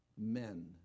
men